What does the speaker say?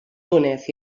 túnez